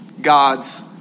God's